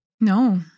No